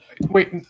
Wait